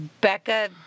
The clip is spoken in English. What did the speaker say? Becca